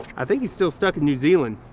i think he's still stuck in new zealand,